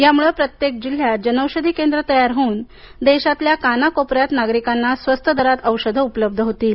यामुळं प्रत्येक जिल्हयात जनौषधी केंद्र तयार होऊन देशातल्या काना कोपऱ्यात नागरिकांना स्वस्त दरात औषधे उपलब्ध होतील